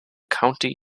county